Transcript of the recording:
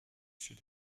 sud